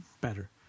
better